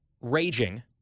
raging